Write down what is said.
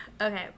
Okay